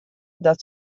dat